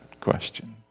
question